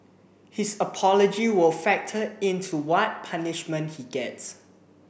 his apology will factor in to what punishment he gets